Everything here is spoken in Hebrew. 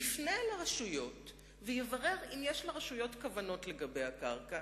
יפנה אל הרשויות ויברר אם יש לרשויות כוונות לגבי הקרקע.